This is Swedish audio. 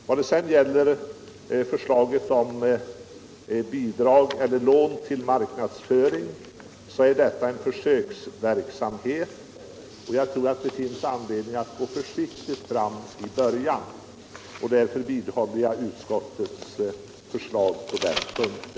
Vad sedan gäller förslaget om bidrag eller lån till marknadsföring så är detta en försöksverksamhet. Jag tror att det finns anledning att gå försiktigt fram i början. Därför vidhåller jag utskottets förslag på den punkten.